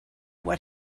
what